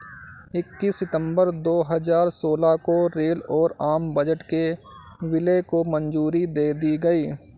इक्कीस सितंबर दो हजार सोलह को रेल और आम बजट के विलय को मंजूरी दे दी गयी